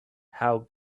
how